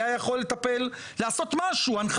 היה יכול לעשות משהו בנושא,